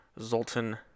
Zoltan